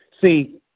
See